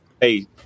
hey